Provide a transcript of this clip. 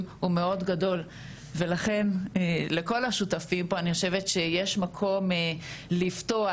הוא מאוד גדול ולכן לכל השותפים פה אני חושבת שיש מקום לפתוח,